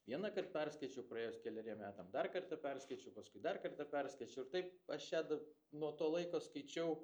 vienąkart perskaičiau praėjus keleriem metam dar kartą perskaičiau paskui dar kartą perskaičiau ir taip aš ją dab nuo to laiko skaičiau